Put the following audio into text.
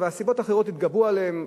אבל סיבות אחרות התגברו עליהן,